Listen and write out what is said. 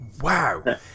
wow